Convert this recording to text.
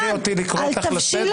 אל תכריחי אותי לקרוא אותך לסדר.